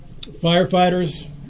Firefighters